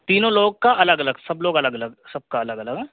تینوں لوگ کا الگ الگ سب لوگ الگ الگ سب کا الگ الگ